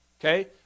okay